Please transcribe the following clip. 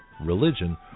religion